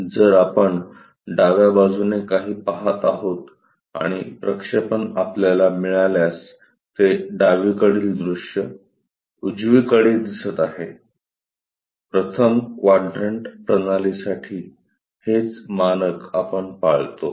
जर आपण डाव्या बाजूने काही पहात आहोत आणि प्रक्षेपण आपल्याला मिळाल्यास ते डावीकडील दृश्य उजवीकडे दिसत आहे प्रथम क्वाड्रन्ट प्रणालीसाठी हेच मानक आपण पाळतो